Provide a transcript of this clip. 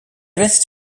rest